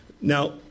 Now